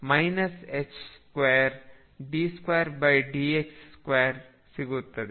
ಇದರಿಂದ 2d2dx2 ಸಿಗುತ್ತದೆ